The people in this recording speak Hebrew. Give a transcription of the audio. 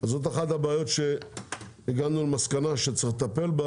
זאת אחת הבעיות שהגענו למסקנה שצריך לטפל בה,